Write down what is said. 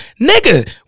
Nigga